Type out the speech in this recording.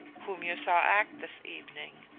whom you saw act this evening.